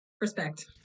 Respect